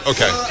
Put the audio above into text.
Okay